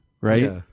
right